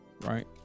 right